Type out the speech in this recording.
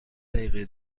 دقیقه